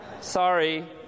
sorry